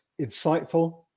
insightful